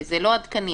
זה לא עדכני.